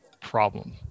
problem